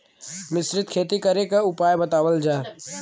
मिश्रित खेती करे क उपाय बतावल जा?